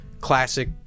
classic